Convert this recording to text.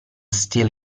still